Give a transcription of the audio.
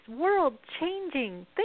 world-changing